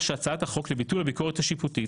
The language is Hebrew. שהצעת החוק לביטול הביקורת השיפוטית